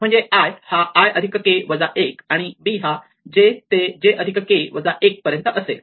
म्हणजे i हा i अधिक k वजा 1 आणि b हा j ते j अधिक k वजा 1 पर्यंत असेल